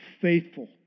faithful